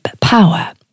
power